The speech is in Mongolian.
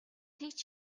тэгж